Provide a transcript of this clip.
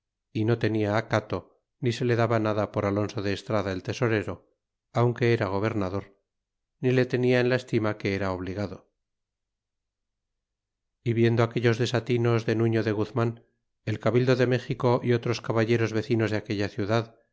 y no tenia acato ni se le daba nada por alonso de estrada el tesorero aunque era gobernador ni le tenia en la estima que era obligado y viendo aquellos desatinos de nuño de guzrnan el cabildo de méxico y otros caballeros vecinos de aquella ciudad